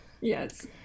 Yes